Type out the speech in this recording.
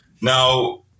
Now